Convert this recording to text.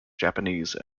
japanese